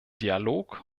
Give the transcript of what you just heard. dialog